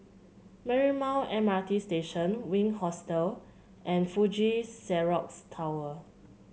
Marymount M R T Station Wink Hostel and Fuji Xerox Tower